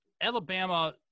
Alabama